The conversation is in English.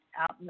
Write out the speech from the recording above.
out